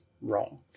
wrong